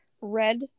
Red